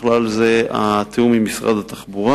ובכלל זה התיאום עם משרד התחבורה